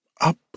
up